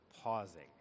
pausing